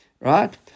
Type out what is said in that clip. Right